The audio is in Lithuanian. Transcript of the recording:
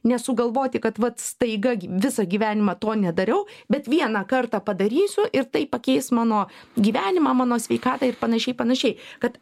nesugalvoti kad vat staiga g visą gyvenimą to nedariau bet vieną kartą padarysiu ir tai pakeis mano gyvenimą mano sveikatą ir panašiai panašiai kad